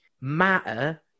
matter